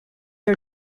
are